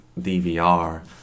dvr